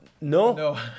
No